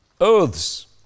oaths